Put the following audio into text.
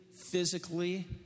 physically